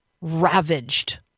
ravaged